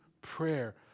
prayer